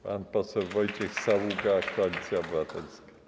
Pan poseł Wojciech Saługa, Koalicja Obywatelska.